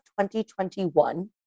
2021